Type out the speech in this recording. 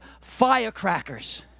firecrackers